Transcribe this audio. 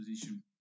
position